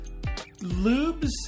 lubes